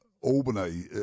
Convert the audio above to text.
Albany